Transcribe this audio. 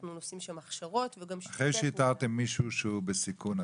אנחנו עושים שם הכשרות --- אחרי שאיתרם מישהו שהוא בסיכון,